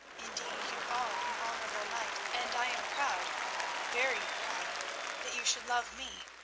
indeed, you are an honourable knight, and i am proud very proud that you should love me,